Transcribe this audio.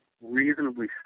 reasonably